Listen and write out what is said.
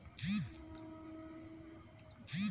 GST पूरा देस भर में लगाये जाये वाला सेवा कर हउवे